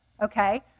Okay